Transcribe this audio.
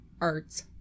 art's